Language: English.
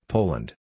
Poland